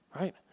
right